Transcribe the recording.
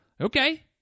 Okay